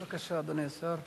בבקשה, אדוני השר.